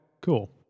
cool